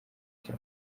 cya